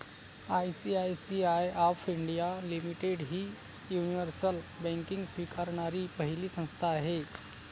ICICI of India limited ही universal banking स्वीकारणारी पहिली संस्था आहे